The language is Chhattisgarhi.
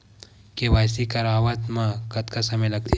के.वाई.सी करवात म कतका समय लगथे?